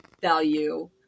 value